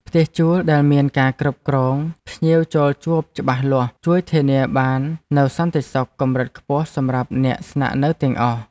ផ្ទះជួលដែលមានការគ្រប់គ្រងភ្ញៀវចូលជួបច្បាស់លាស់ ជួយធានាបាននូវសន្តិសុខកម្រិតខ្ពស់សម្រាប់អ្នកស្នាក់នៅទាំងអស់។